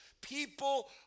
people